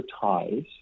ties